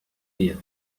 dia